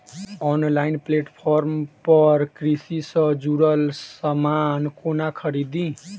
Online platform पर कृषि सँ जुड़ल समान कोना खरीदी?